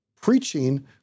preaching